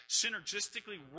synergistically